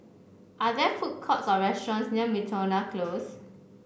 are there food courts or restaurants near Miltonia Close